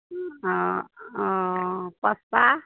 ओ pasta